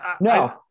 no